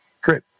great